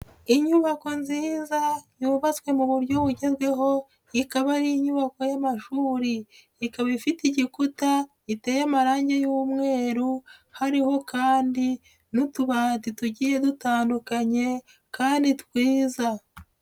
Inyubako nziza, yubatswe mu buryo bugezweho, ikaba ari inyubako y'amashuriri. Ikaba ifite igikuta iteye amarangi y'umweru, hariho kandi n'utubati tugiye dutandukanye, kandi twiza.